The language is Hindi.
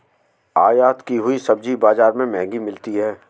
आयत की हुई सब्जी बाजार में महंगी मिलती है